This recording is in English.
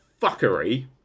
fuckery